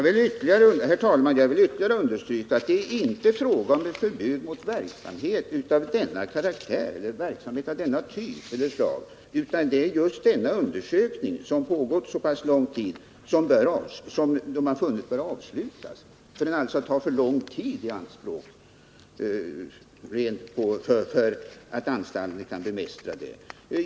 Herr talman! Jag vill ytterligare understryka att det inte är fråga om ett förbud mot verksamhet av den här karaktären. Det är just denna undersökning, vilken pågått under så pass lång tid, som kriminalvårdsstyrelsen funnit böra avslutas just därför att den tar för lång tid i anspråk för att anstalten skall kunna bemästra den.